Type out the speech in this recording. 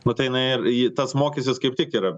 matai jinai jį tas mokestis kaip tik yra